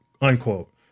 unquote